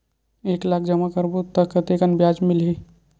एक लाख जमा करबो त कतेकन ब्याज मिलही?